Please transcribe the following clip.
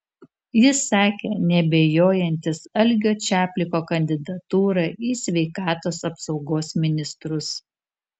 jis sakė neabejojantis algio čapliko kandidatūra į sveikatos apsaugos ministrus